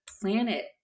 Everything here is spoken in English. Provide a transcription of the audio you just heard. planet